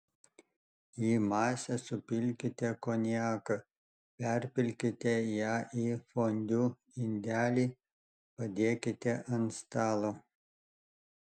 į masę supilkite konjaką perpilkite ją į fondiu indelį padėkite ant stalo